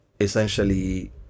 essentially